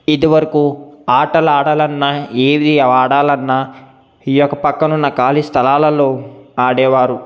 ఇది వరకు ఆటలు ఆడాలన్నా ఏది ఆడాలన్నా ఈ యొక్క ప్రక్కనున్న ఖాళీ స్థలాలలో ఆడేవారు